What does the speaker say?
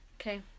Okay